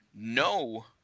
no